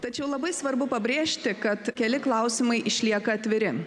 tačiau labai svarbu pabrėžti kad keli klausimai išlieka atviri